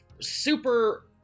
super